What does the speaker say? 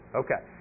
okay